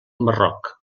marroc